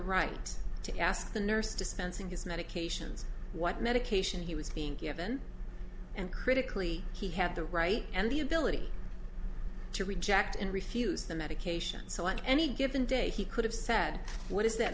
right to ask the nurse dispensing his medications what medication he was being given and critically he had the right and the ability to reject and refuse the medication so on any given day he could have said what is that